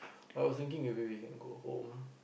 but I was thinking maybe we can go home